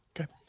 Okay